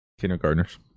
kindergartners